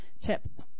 tips